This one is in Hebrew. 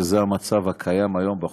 שזה המצב הקיים היום בחוק.